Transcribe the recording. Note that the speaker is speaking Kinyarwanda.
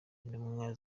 intumwa